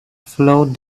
flowed